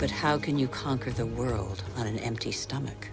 but how can you conquer the world on an empty stomach